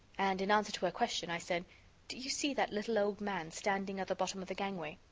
and, in answer to her question, i said do you see that little old man standing at the bottom of the gangway?